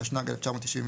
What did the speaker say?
התשנ"ג-1993,